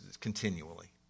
continually